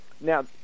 now